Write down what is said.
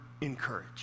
encourage